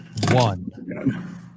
one